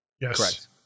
Yes